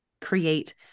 create